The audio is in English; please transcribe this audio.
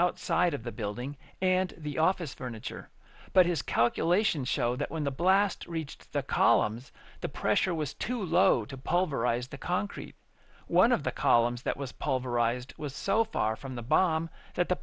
outside of the building and the office furniture but his calculations show that when the blast reached the columns the pressure was too low to pulverize the concrete one of the columns that was pulverized was so far from the bomb that the